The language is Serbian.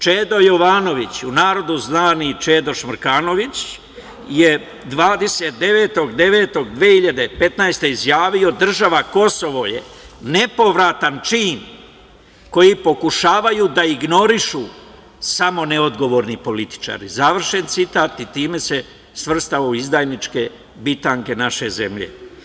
Čedo Jovanović, u narodu znani kao „Čedo šmrkanović“, je 29.09.2015. godine izjavio: „Država Kosovo je nepovratan čin koji pokušavaju da ignorišu samo neodgovorni političari“, i time se svrstao u izdajničke bitange naše zemlje.